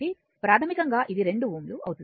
కాబట్టి ప్రాథమికంగా ఇది 2 Ω